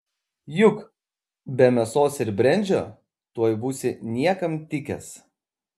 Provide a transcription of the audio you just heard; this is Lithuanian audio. juk be mėsos ir brendžio tuoj būsi niekam tikęs